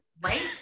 Right